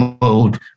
mode